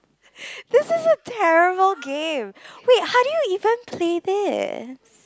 this is a terrible game wait how do you even play this